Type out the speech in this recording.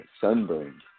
sunburn